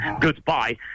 Goodbye